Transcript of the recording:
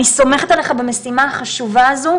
אני סומכת עליך במשימה החשובה הזו,